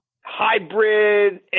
hybrid